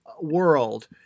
world